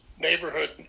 neighborhood